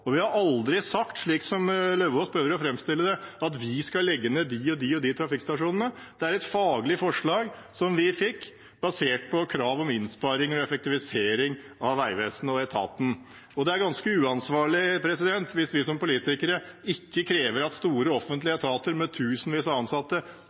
Og vi har aldri sagt, slik som Lauvås prøver å framstille det, at vi skal legge ned de og de trafikkstasjonene. Det er et faglig forslag basert på krav om innsparinger og effektivisering av Vegvesenet og etaten. Det er ganske uansvarlig hvis vi som politikere ikke krever at store